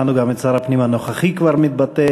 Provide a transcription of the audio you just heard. שמענו גם את שר הפנים הנוכחי כבר מתבטא